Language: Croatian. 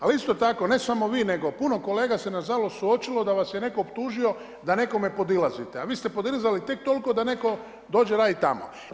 Ali isto tako ne samo vi nego puno kolega se nažalost suočilo da vas je netko optužio da nekome podilazite a vi ste podilazili tek toliko da netko dođe raditi tamo.